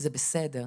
זה בסדר.